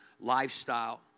lifestyle